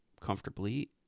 comfortably